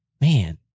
man